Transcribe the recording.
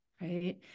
right